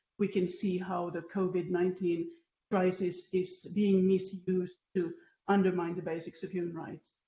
we can see how the covid nineteen crisis is being misused to undermine the basics of human rights.